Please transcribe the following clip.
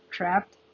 Trapped